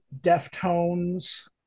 Deftones